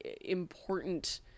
important